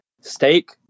Steak